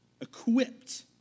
equipped